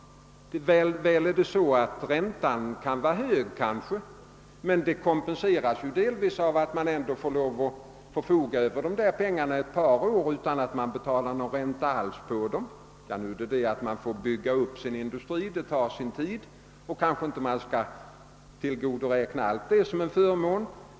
Visserligen kan räntan vara hög, men detta kompenseras delvis av att man får lov att förfoga över dessa pengar ett par år utan att alls betala någon ränta. Nu tar det visserligen sin tid att bygga upp en industri, och man kan kanske inte räkna allt detta som en förmån.